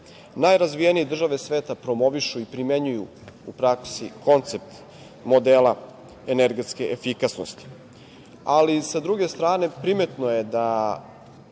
energiju. Najrazvijenije države sveta promovišu i primenjuju u praksi koncept modela energetske efikasnosti, ali, s druge strane, primetno je da